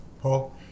Paul